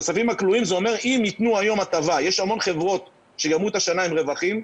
אם יתנו היום הטבה יש המון חברות שגמרו את השנה עם רווחים,